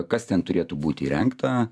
kas ten turėtų būt įrengta